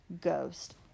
ghost